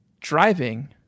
driving